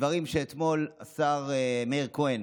בדברים שאתמול אמר השר מאיר כהן,